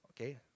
okay